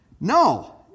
No